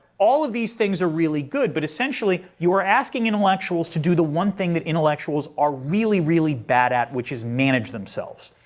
all of these things are really good. but essentially, you are asking intellectuals to do the one thing that intellectuals are really, really bad at which is manage themselves.